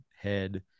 head